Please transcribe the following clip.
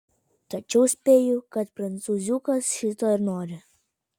tačiau spėju kad prancūziukas šito ir nori